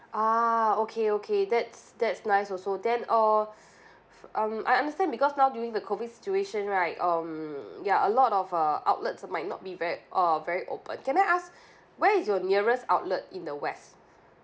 ah okay okay that's that's nice also then uh um I understand because now during the COVID situation right um ya a lot of uh outlets might not be ver~ uh very open can I ask where is your nearest outlet in the west